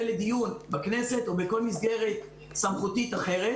לדיון בכנסת או בכל מסגרת סמכותית אחרת.